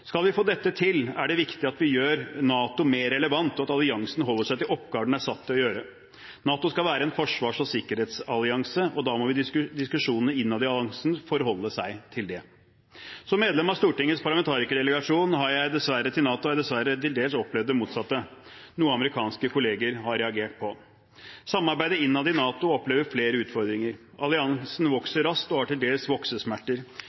Skal vi få dette til, er det viktig at vi gjør NATO mer relevant, og at alliansen holder seg til oppgaver den er satt til å gjøre. NATO skal være en forsvars- og sikkerhetsallianse, og da må diskusjonene innad i alliansen forholde seg til det. Som medlem av Stortingets parlamentarikerdelegasjon til NATO har jeg dessverre til dels opplevd det motsatte, noe som amerikanske kolleger har reagert på. Samarbeidet innad i NATO opplever flere utfordringer. Alliansen vokser raskt og har til dels voksesmerter.